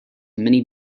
many